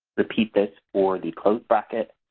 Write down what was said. repeat this for the closed bracket